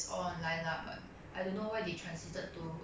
ya they got physical lesson lor 我妹妹她们